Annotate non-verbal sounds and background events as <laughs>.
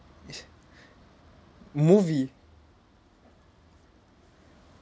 <laughs> movie